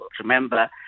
remember